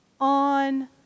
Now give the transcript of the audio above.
on